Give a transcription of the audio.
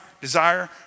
desire